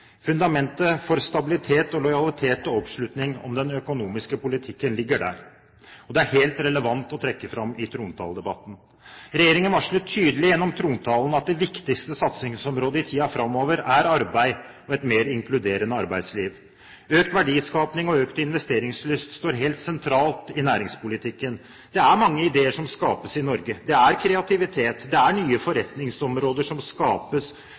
Fundamentet for stabilitet og lojalitet og oppslutning om den økonomiske politikken ligger der. Det er helt relevant å trekke fram i trontaledebatten. Regjeringen varslet tydelig gjennom trontalen at det viktigste satsingsområdet i tiden framover er arbeid og et mer inkluderende arbeidsliv. Økt verdiskaping og økt investeringslyst står helt sentralt i næringspolitikken. Det er mange ideer som skapes i Norge. Det er kreativitet, og det er nye forretningsområder som skapes